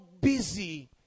busy